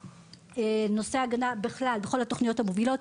נושא ההגנה בכלל בכל התוכניות המובילות,